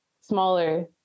smaller